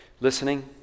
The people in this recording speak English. listening